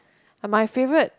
my favourite